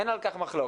אין על כך מחלוקת,